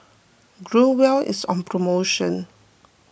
Growell is on promotion